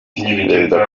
perezida